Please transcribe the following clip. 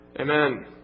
Amen